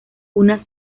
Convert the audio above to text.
una